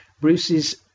Bruce's